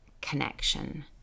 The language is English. connection